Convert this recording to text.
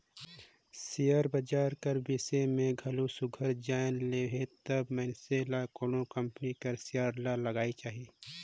share बजार कर बिसे में घलो सुग्घर जाएन लेहे तब मइनसे ल कोनो कंपनी कर सेयर ल लगाएक चाही